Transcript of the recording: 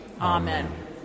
Amen